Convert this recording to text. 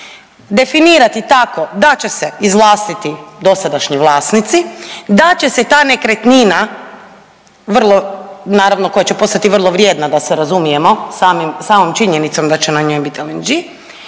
definirati tako da će se izvlastiti dosadašnji vlasnici, da će se ta nekretnina vrlo, naravno, koja će postati vrlo vrijedna, da se razumijemo, samom činjenicom da će na njoj biti LNG,